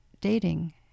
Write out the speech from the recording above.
dating